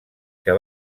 que